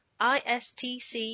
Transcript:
ISTC